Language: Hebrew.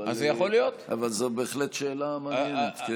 אבל זאת בהחלט שאלה מעניינת.